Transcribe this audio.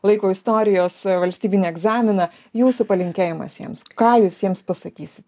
laiko istorijos valstybinį egzaminą jūsų palinkėjimas jiems ką jūs jiems pasakysite